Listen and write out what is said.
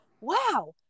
wow